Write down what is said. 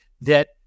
that-